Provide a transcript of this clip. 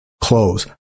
Close